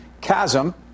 chasm